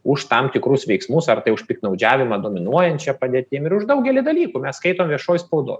už tam tikrus veiksmus ar tai už piktnaudžiavimą dominuojančia padėtim ir už daugelį dalykų mes skaitom viešoj spaudoj